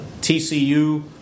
TCU